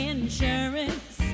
Insurance